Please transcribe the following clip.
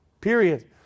period